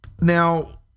Now